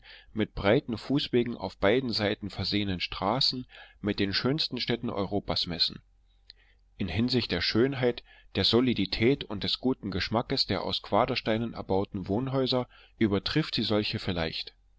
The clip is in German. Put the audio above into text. mit breiten fußwegen auf beiden seiten versehenden straßen mit den schönsten städten europas messen in hinsicht der schönheit der solidität und des guten geschmacks der aus quadersteinen erbauten wohnhäuser übertrifft sie solche vielleicht